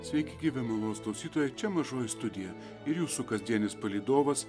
sveiki gyvi malonūs klausytojai čia mažoji studija ir jūsų kasdienis palydovas